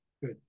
Good